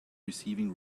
receiving